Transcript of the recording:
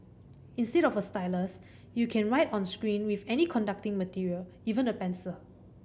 instead of a stylus you can write on screen with any conducting material even a pencil